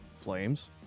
Flames